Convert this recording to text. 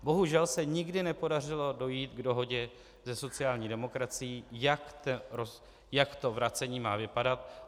Bohužel se nikdy nepodařilo dojít k dohodě se sociální demokracií, jak to vracení má vypadat.